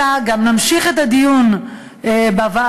אלא גם נמשיך את הדיון בוועדות,